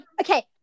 Okay